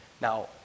Now